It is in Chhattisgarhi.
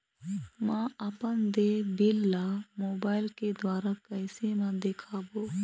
म अपन देय बिल ला मोबाइल के द्वारा कैसे म देखबो?